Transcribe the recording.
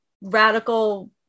radical